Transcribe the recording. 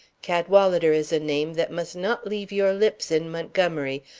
cadwalader is a name that must not leave your lips in montgomery,